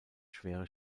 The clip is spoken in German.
schwere